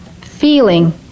feeling